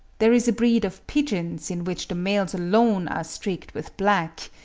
there is a breed of pigeons in which the males alone are streaked with black,